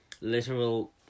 literal